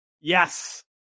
Yes